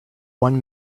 one